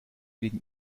liegen